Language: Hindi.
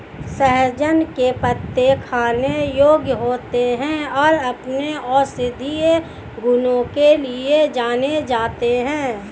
सहजन के पत्ते खाने योग्य होते हैं और अपने औषधीय गुणों के लिए जाने जाते हैं